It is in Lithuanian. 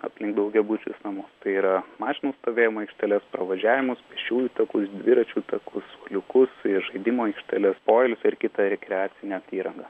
aplink daugiabučius namus tai yra mašinų stovėjimo aikšteles pravažiavimus pėsčiųjų takus dviračių takus suoliukus žaidimų aikšteles poilsio ar kitą rekreacinę įrangą